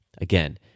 Again